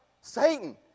Satan